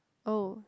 oh